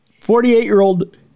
Forty-eight-year-old